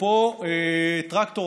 ופה טרקטור,